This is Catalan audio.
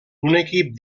equip